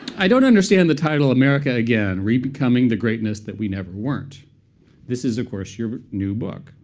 i don't understand the title america again, re-becoming the greatness that we never weren't this is, of course, your new book,